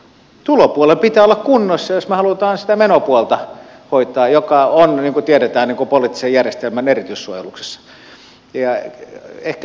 tulopuolen pitää olla kunnossa jos me haluamme sitä menopuolta hoitaa joka on niin kuin tiedetään poliittisen järjestelmän erityissuojeluksessa